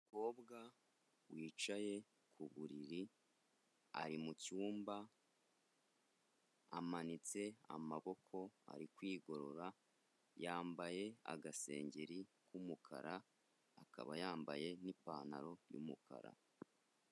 Umukobwa wicaye ku buriri, ari mu cyumba amanitse amaboko ari kwigorora, yambaye agasengeri k'umukara, akaba yambaye n'ipantaro y'umukara.